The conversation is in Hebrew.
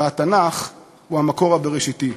והתנ"ך הוא המקור הבראשיתי.